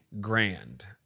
grand